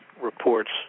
reports